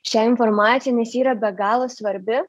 šią informaciją nes ji yra be galo svarbi